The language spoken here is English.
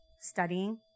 studying